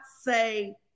say